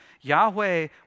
Yahweh